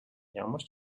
ямар